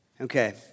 Okay